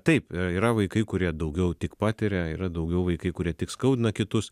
taip yra vaikai kurie daugiau tik patiria yra daugiau vaikai kurie tik skaudina kitus